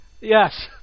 Yes